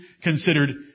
considered